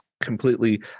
completely